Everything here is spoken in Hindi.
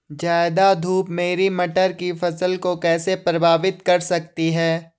ज़्यादा धूप मेरी मटर की फसल को कैसे प्रभावित कर सकती है?